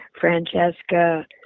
Francesca